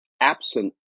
absent